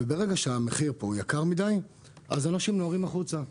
וברגע שהמחיר פה יקר מדי אנשים נוהרים החוצה.